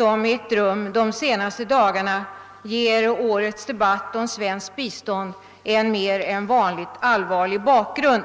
under de senaste dagarna ger årets debatt om svenskt bistånd en mer än vanligt allvarlig bakgrund.